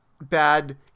bad